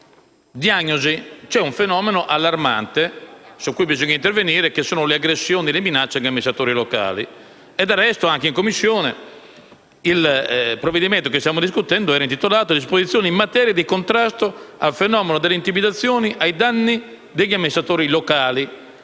c'è un fenomeno allarmante, su cui bisogna intervenire, che è quello delle aggressioni e delle minacce agli amministratori locali. Del resto, anche in Commissione il provvedimento che stiamo discutendo era intitolato: «Disposizioni in materia di contrasto al fenomeno delle intimidazioni ai danni degli amministratori locali».